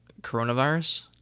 coronavirus